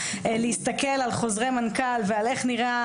להסתכל על חוזרי מנכ"ל ועל איך נראה,